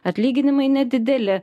atlyginimai nedideli